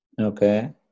Okay